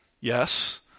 yes